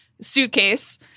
suitcase